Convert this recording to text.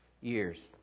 years